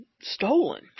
stolen